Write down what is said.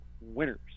winners